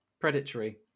predatory